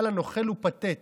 אבל הנוכל הוא פתט